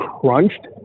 crunched